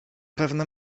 pewne